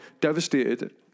devastated